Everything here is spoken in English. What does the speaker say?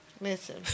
Listen